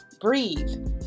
breathe